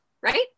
Right